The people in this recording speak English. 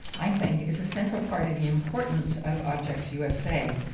i think, is a central part of the importance of objects usa.